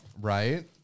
Right